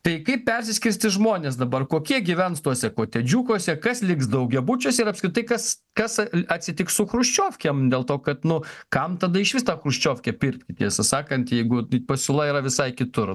tai kaip persiskirstys žmonės dabar kokie gyvens tuose kotedžiukuose kas liks daugiabučiuose ir apskritai kas kas l atsitiks su chruščiovkėm dėl to kad nu kam tada išvis tą chruščiovkę pirkti tiesą sakant jeigu pasiūla yra visai kitur